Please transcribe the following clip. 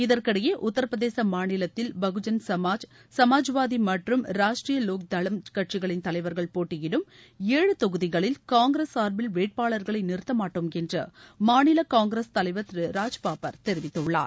இதற்கிடையே உத்தரப்பிரதேச மாநிலத்தில் பகுஜன் சமாஜ் சமாஜ்வாதி மற்றும் ராஷ்டீரிய லோக் தளம் கட்சிகளின் தலைவர்கள் போட்டியிடும் ஏழு தொகுதிகளில் காங்கிரஸ் சார்பில் வேட்பாளர்களை நிறுத்த மாட்டோம் என்று மாநில காங்கிரஸ் தலைவர் திரு ராஜ்பாப்பர் தெரிவித்துள்ளார்